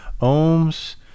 ohms